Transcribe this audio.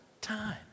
time